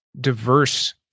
diverse